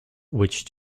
which